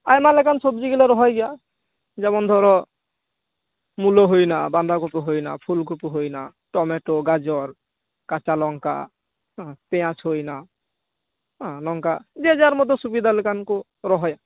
ᱟᱭᱢᱟ ᱞᱮᱠᱟᱱ ᱥᱚᱵᱡᱤ ᱜᱤᱞᱚ ᱨᱚᱦᱚᱭ ᱜᱮᱭᱟ ᱡᱮᱢᱚᱱ ᱫᱷᱚᱨᱚ ᱢᱩᱞᱟᱹ ᱦᱳᱭᱮᱱᱟ ᱵᱟᱫᱷᱟᱠᱚᱯᱤ ᱦᱳᱭᱱᱟ ᱯᱷᱩᱞᱠᱚᱯᱤ ᱦᱳᱭᱱᱟ ᱴᱚᱢᱮᱴᱚ ᱜᱟᱡᱚᱨ ᱠᱟᱪᱟᱞᱚᱝᱠᱟ ᱯᱮᱭᱟᱡ ᱦᱳᱭᱱᱟ ᱟᱸ ᱱᱚᱝᱠᱟ ᱡᱮ ᱡᱟᱨ ᱢᱚᱛᱚ ᱥᱩᱵᱤᱫᱟ ᱞᱮᱠᱟᱱ ᱠᱚ ᱨᱚᱦᱚᱭᱟ